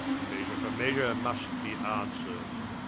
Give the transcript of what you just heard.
measure for measure, must be answered